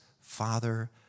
father